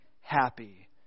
happy